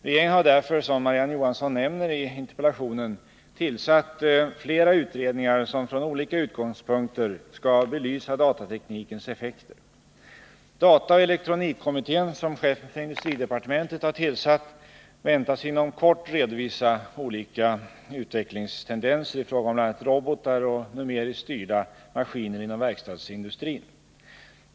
Regeringen har därför — som Marie-Ann Johansson nämner i interpellationen -— tillsatt flera utredningar, som från olika utgångspunkter skall belysa datateknikens effekter. Dataoch elektronikkommittén, som chefen för industridepartementet har tillsatt, väntas inom kort redovisa olika utvecklingstendenser i fråga om bl.a. robotar och numeriskt styrda maskiner inom verkstadsindustrin.